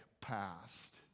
past